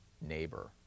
neighbor